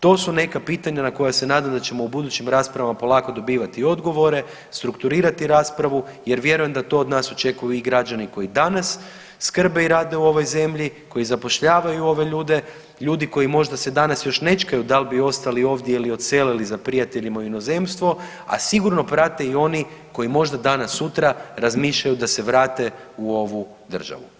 To su neka pitanja na koja se nadam da ćemo u budućim raspravama polako dobivati odgovore, strukturirati raspravu jer vjerujem da to od nas očekuju i građani koji danas skrbe i rade u ovoj zemlji, koji zapošljavaju ove ljude, ljudi koji možda danas se još nečkaju da li bi ostali ovdje ili odselili za prijateljima u inozemstvo, a sigurno prate i oni koji možda danas sutra razmišljaju da se vrate u ovu državu.